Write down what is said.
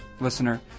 listener